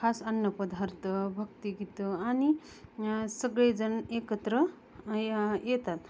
खास अन्नपदार्थ भक्तिगीतं आणि सगळेजण एकत्र य येतात